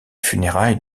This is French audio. funérailles